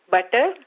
Butter